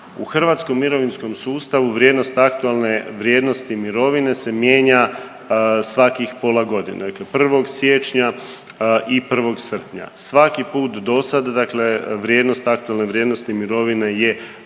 U hrvatskom mirovinskom sustavu vrijednost aktualne vrijednosti mirovine se mijenja svakih pola godine, dakle 1. siječnja i 1. srpnja. Svaki put dosad, dakle vrijednost, aktualne vrijednosti mirovine je rasla